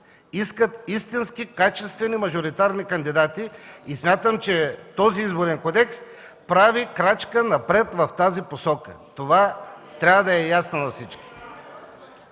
искат истински, качествени мажоритарни кандидати и смятам, че този Изборен кодекс прави крачка напред в тази посока. Това трябва да е ясно на всички.